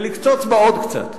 ולקצוץ בה עוד קצת.